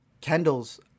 kendall's